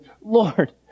Lord